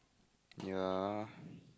ya